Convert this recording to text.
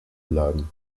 bleiben